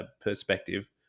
perspective